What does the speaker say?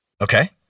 Okay